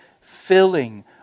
filling